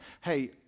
hey